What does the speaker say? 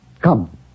Come